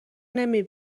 نمی